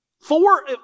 Four